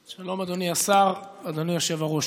שלום, אדוני השר, אדוני היושב-ראש.